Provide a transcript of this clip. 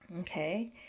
Okay